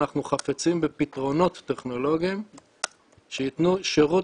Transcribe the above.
אנחנו חפצים בפתרונות טכנולוגיים שייתנו שירות